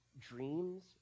dreams